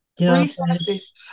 Resources